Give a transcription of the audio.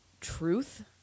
truth